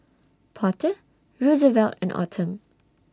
Porter Rosevelt and Autumn